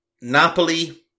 Napoli